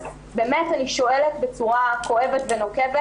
אז אני שואלת בצורה נוקבת: